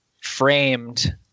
framed